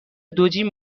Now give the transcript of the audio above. دوجین